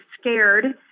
scared